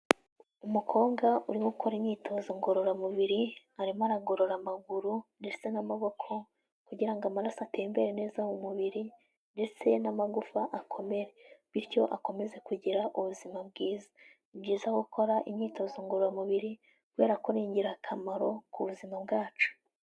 Umukobwa urimo ukora imyitozo ngororamubiri arimo aragorora amaguru ndetse n'amaboko kugira ngo amaraso atemmbere neza mu mubiri ndetse n'amagufa akomere bityo akomeze kugira ubuzima bwiza, ni byiza gukora imyitozo ngororamubiri kubera ko n'ingirakamaro ku buzima bwacu.